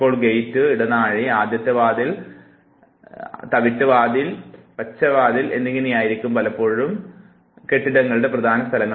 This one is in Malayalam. ഇപ്പോൾ ഗേറ്റ് ഇടനാഴി ആദ്യത്തെ വാതിൽ തവിട്ട് വാതിൽ പച്ച വാതിൽ എന്നിവയായിരിക്കും കെട്ടിടത്തിലെ പ്രധാന സ്ഥലങ്ങൾ